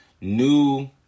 new